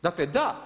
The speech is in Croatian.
Dakle, da.